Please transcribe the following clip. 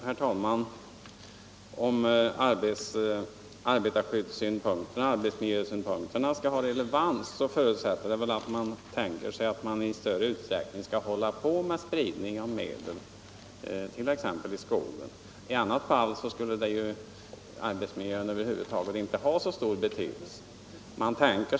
Herr talman! Om arbetarskyddssynpunkterna och arbetsmiljösynpunkterna skall ha relevans förutsätter väl det att man tänker sig att det i större skala skall förekomma luftspridning av bekämpningsmedel t.ex. i skogen.